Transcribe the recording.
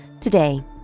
Today